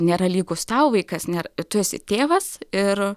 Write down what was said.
nėra lygus tau vaikas nėra tu esi tėvas ir